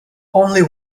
only